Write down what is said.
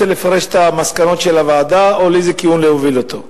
רוצה לפרש את המסקנות של הוועדה או לאיזה כיוון להוביל אותן.